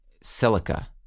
silica